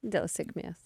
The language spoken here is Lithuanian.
dėl sėkmės